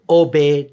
obey